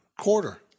quarter